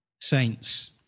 saints